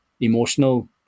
emotional